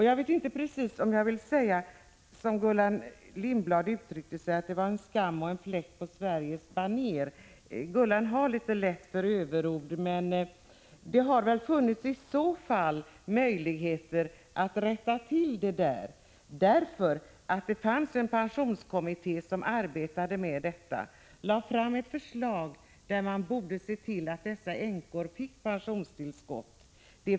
Jag vet inte precis om jag vill säga som Gullan Lindblad uttryckte sig, att det är skam, det är fläck på Sveriges banér — Gullan Lindblad har litet lätt för överord — men det måste väl ha funnits möjlighet att rätta till det där. Det finns nämligen en pensionskommitté som arbetade med detta, och den lade fram ett förslag om att dessa änkor borde få pensionstillskott.